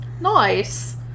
Nice